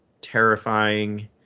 terrifying